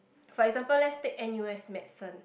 for example let's take N_U_S medicine